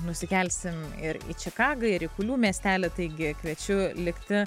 nusikelsim ir į čikagą ir į kulių miestelį taigi kviečiu likti